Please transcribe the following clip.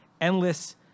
Endless